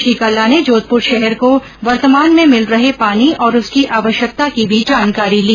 श्री कल्ला ने जोधपूर शहर को वर्तमान में मिल रहे पानी और उसकी आवश्यकता की भी जानकारी ली